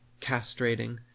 castrating